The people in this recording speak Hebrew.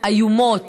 איומות